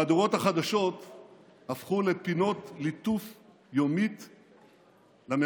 מהדורות החדשות הפכו לפינת ליטוף יומית לממשלה.